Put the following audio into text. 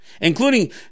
including